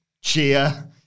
cheer